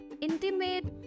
intimate